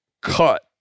cut